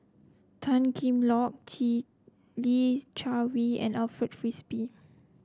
Tan Cheng Lock Li Jiawei and Alfred Frisby